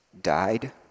died